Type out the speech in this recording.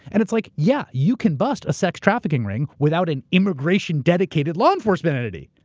and it's like, yeah, you can bust a sex trafficking ring without an immigration dedicated law enforcement entity.